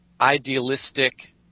idealistic